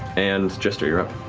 and jester, you're up.